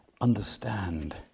understand